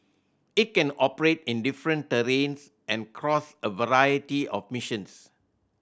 it can operate in different terrains and across a variety of missions